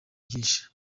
byinshi